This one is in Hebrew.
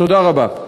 תודה רבה.